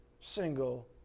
single